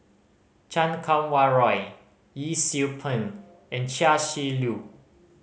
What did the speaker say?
Chan Kum Wah Roy Yee Siew Pun and Chia Shi Lu